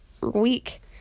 week